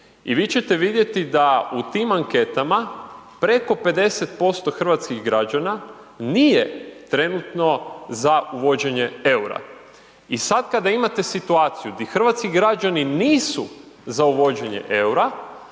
i vi ćete vidjeti da u tim anketama preko 50% hrvatskih građana nije trenutno za uvođenje EUR-a. I sad kada imate situaciju gdje hrvatski građani nisu za uvođenje EUR-a,